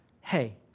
hey